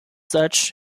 such